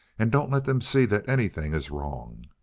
and don't let them see that anything is wrong.